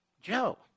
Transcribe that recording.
Joe